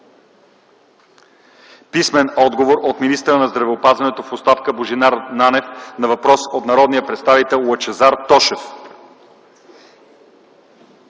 Писмен отговор от министъра на здравеопазването в оставка Божидар Нанев на въпрос от народния представител Лъчезар Тошев.